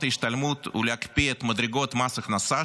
ההשתלמות ולהקפיא את מדרגות מס ההכנסה,